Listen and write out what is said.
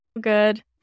Good